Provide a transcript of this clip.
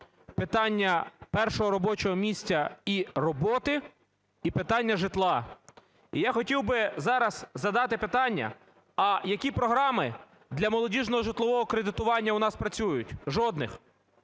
питання першого робочого місця і роботи і питання житла. І я хотів би зараз задати питання, а які програми для молодіжного житлового кредитування у нас працюють? Жодних.